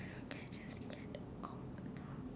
I swear can we just get out now